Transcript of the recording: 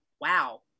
Wow